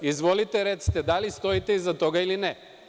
Izvolite, recite, da li stojite iza toga ili ne?